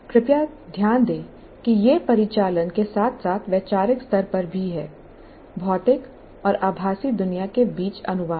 कृपया ध्यान दें कि यह परिचालन के साथ साथ वैचारिक स्तर पर भी है भौतिक और आभासी दुनिया के बीच अनुवाद